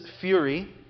fury